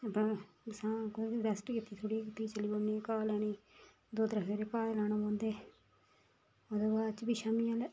बसां कोई रैस्ट कीती थोह्ड़ी फ्ही चली पौन्ने घाह् लैने ई दो त्रै फेरे घाह् दे लाने पौंदे ओह्दे बाद च फ्ही शाम्मीं आह्ले